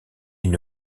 une